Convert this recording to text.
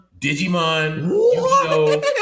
digimon